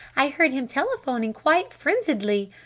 i heard him telephoning quite frenziedly!